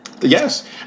Yes